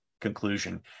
conclusion